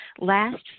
last